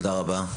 תודה רבה.